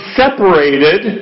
separated